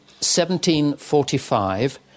1745